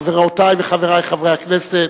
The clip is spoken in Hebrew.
חברותי וחברי חברי הכנסת,